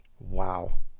Wow